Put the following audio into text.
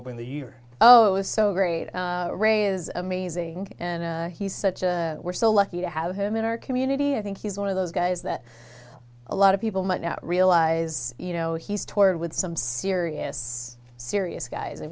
the year oh it was so great ray is amazing and he's such a we're so lucky to have him in our community i think he's one of those guys that a lot of people might not realize you know he's toured with some serious serious guys i